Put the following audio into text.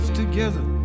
together